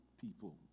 people